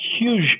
huge